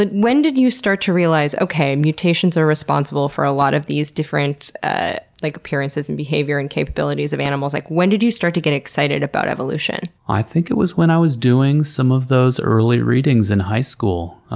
when did you start to realize, okay, mutations are responsible for a lot of these different ah like appearances, and behavior, and capabilities of animals'? like, when did you start to get excited about evolution? i think it was when i was doing some of those early readings in high school.